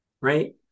Right